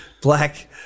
black